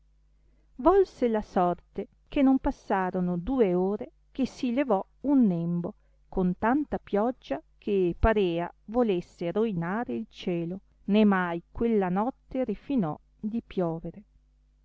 volse la sorte che non passarono due ore che si levò un nembo con tanta pioggia che parea volesse roinare il cielo né mai quella notte retino di piovere